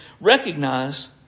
recognize